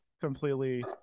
completely